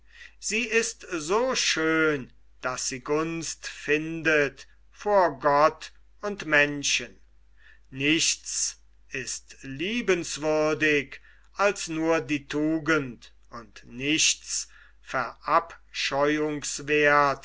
sie ist so schön daß sie gunst findet vor gott und menschen nichts ist liebenswürdig als nur die tugend und nichts